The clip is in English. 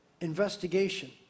investigation